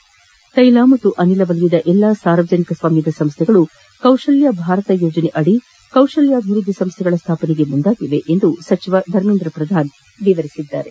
ತ್ಯೆಲ ಮತ್ತು ಅನಿಲ ವಲಯದ ಎಲ್ಲಾ ಸಾರ್ವಜನಿಕ ಸ್ವಾಮ್ಖದ ಸಂಸ್ವೆಗಳು ಕೌಶಲ್ತ ಭಾರತ ಯೋಜನೆಯಡಿ ಕೌಶಲ್ತ ಅಭಿವೃದ್ದಿ ಸಂಸ್ಥೆಗಳ ಸ್ಥಾಪನೆಗೆ ಮುಂದಾಗಿವೆ ಎಂದು ಧರ್ಮೇಂದ್ರ ಪ್ರಧಾನ್ ತಿಳಿಸಿದರು